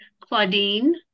Claudine